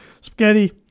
spaghetti